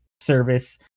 service